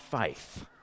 faith